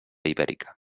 ibèrica